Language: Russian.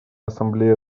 ассамблея